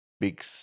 big